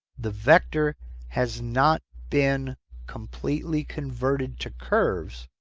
the vector has not been completely converted to curves.